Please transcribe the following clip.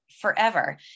forever